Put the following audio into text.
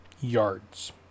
yards